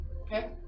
okay